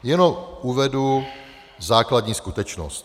Jenom uvedu základní skutečnost.